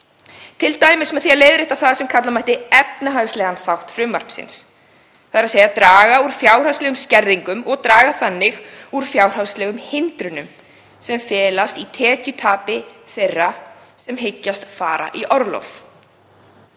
t.d. með því að leiðrétta það sem kalla mætti efnahagslegan þátt frumvarpsins, þ.e. að draga úr fjárhagslegum skerðingum og draga þannig úr fjárhagslegum hindrunum sem felast í tekjutapi þeirra sem hyggjast fara í orlof.